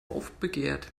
aufbegehrt